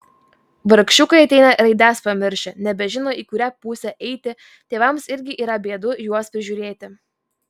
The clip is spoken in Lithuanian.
vargšiukai ateina raides pamiršę nebežino į kurią pusę eiti tėvams irgi yra bėdų juos prižiūrėti